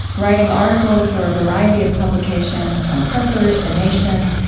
writing articles for a variety of publications, from harpers, the nation,